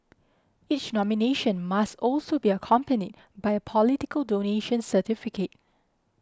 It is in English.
each nomination must also be accompanied by a political donation certificate